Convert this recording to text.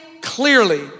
clearly